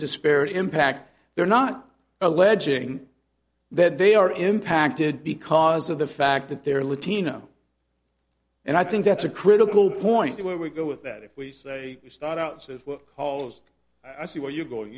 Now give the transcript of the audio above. disparate impact they're not alleging that they are impacted because of the fact that they're latino and i think that's a critical point where we go with that if we say you start out cause i see where you go